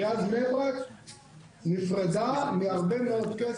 עיריית בני ברק נפרדה מהרבה מאוד כסף.